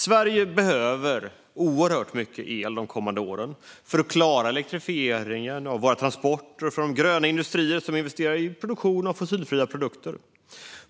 Sverige behöver oerhört mycket el de kommande åren till elektrifiering av transporter och till de gröna industrier som investerar i produktion av fossilfria produkter.